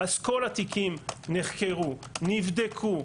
אז כל התיקים נחקרו, נבדקו.